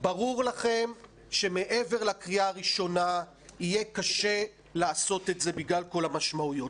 ברור לכם שמעבר לקריאה הראשונה יהיה קשה לעשות את זה בגלל כל המשמעויות,